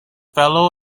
fellow